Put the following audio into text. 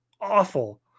awful